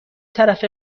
طرف